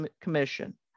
Commission